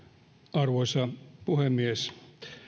arvoisa puhemies